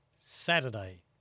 Saturday